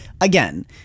again